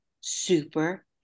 super